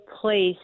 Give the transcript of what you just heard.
place